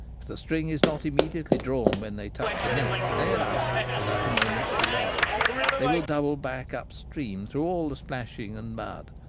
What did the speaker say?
if the string is not immediately drawn when they touch the net, they are out of it without a moment's delay they will double back up stream through all the splashing and mud,